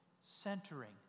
centering